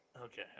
Okay